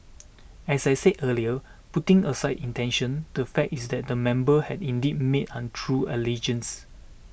as I said earlier putting aside intention the fact is that the member has indeed made untrue allegations